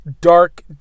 dark